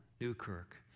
Newkirk